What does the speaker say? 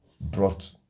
brought